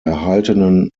erhaltenen